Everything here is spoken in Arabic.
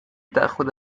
تأخذ